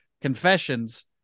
Confessions